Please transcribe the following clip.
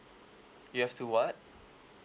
you have to what